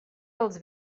els